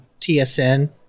TSN